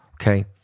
okay